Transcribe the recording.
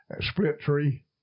split-tree